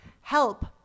help